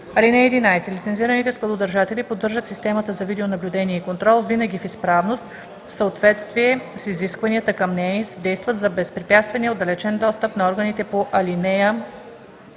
ал. 7. (11) Лицензираните складодържатели поддържат системата за видеонаблюдение и контрол винаги в изправност, в съответствие с изискванията към нея и съдействат за безпрепятствения отдалечен достъп на органите по ал.